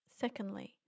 Secondly